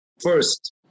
first